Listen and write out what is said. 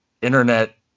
internet